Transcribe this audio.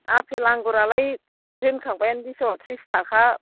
आफेल आंगुरालाय होनखाबायानो दुइस'वाव ट्रिस थाखा